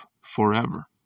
forever